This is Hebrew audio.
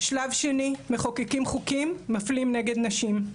שלב שני מחוקקים חוקים מפלים נגד נשים,